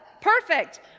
Perfect